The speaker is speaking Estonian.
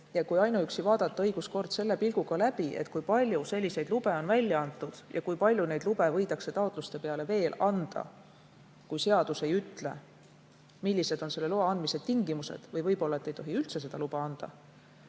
seegi, kui vaadata õiguskord selle pilguga läbi, kui palju selliseid lube on välja antud ja kui palju neid lube võidakse taotluste peale veel anda – kui seadus ei ütle, millised on selle loa andmise tingimused või võib-olla ei tohi üldse luba anda.